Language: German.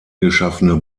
geschaffene